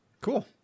Cool